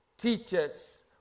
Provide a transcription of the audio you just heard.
teachers